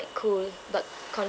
cool but